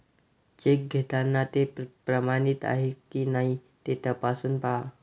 check घेताना ते प्रमाणित आहे की नाही ते तपासून पाहा